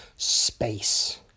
Space